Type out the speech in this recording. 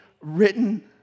written